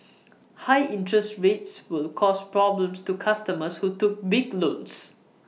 high interest rates will cause problems to customers who took big loans